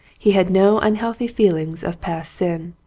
he had no un healthy feeling of past sin.